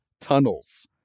tunnels